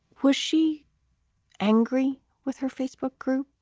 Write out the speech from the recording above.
was she angry with her facebook group?